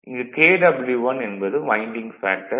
இங்கு Kw1 என்பது winding factor